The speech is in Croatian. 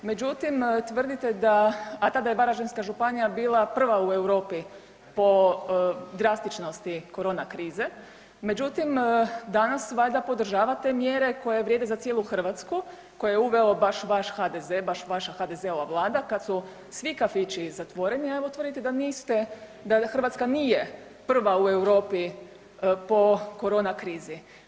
Međutim tvrdite da, a tada je Varaždinska županija bila prva u Europi po drastičnosti korona krize, međutim danas valjda podržavate mjere koje vrijede za cijelu Hrvatsku koje je uveo baš vaš HDZ, baš vaša HDZ-ova Vlada kad su svi kafići zatvoreni, a evo tvrdite da niste, da Hrvatska nije prva u Europi po korona krizi.